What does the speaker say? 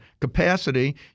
capacity